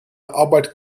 arbeit